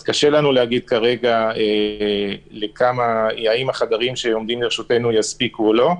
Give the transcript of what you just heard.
לכן קשה לנו להגיד כרגע האם החדרים שעומדים לרשותנו יספיקו או לא,